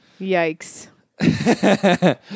Yikes